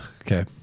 Okay